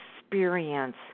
experience